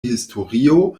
historio